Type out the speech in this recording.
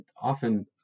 often